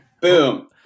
Boom